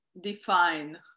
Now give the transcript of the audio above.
define